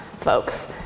folks